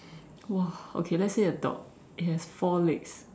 !wah! okay let's say a dog it has four legs